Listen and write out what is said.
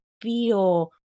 feel